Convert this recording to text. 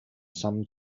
some